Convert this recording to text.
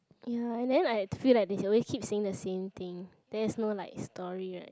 ya and then like I feel like they keep saying the same thing then is no like story right